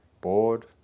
bored